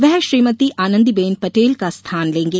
वे श्रीमती आनंदीबेन पटेल का स्थान लेंगे